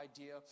idea